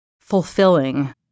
Fulfilling